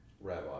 rabbi